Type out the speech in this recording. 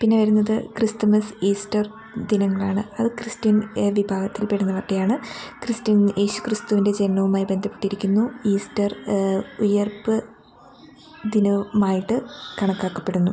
പിന്നെ വരുന്നത് Christmas Easter ദിനങ്ങളാണ് അത് ക്രിസ്ത്യൻ വിഭാഗത്തിൽ പെടുന്നവരുടെയാണ് ക്രിസ്ത്യൻ യേശു ക്രിസ്തുവിൻ്റെ ജനനവുമായി ബന്ധപ്പെട്ടിരിക്കുന്നു ഈസ്റ്റർ ഉയർപ്പ് ദിനവുമായിട്ട് കണക്കാക്കപ്പെടുന്നു